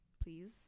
please